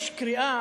יש קריאה,